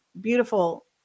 beautiful